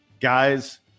Guys